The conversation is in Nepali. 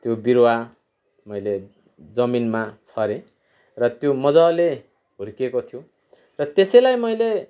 त्यो बिरुवा मैले जमिनमा छरेँ र त्यो मजाले हुर्किएको थियो र त्यसैलाई मैले